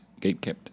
Gatekept